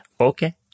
Okay